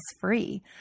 free